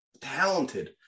talented